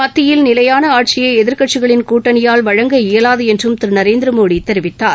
மத்தியில் நிலையான ஆட்சியை எதிர்க்கட்சிகளின் கூட்டணியால் வழங்க இயலாது என்றும் திரு நரேந்திரமோடி தெரிவித்தார்